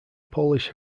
polish